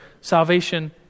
salvation